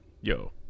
Yo